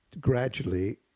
gradually